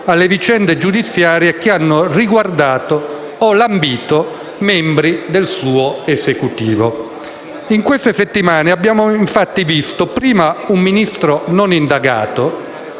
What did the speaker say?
Grazie a tutte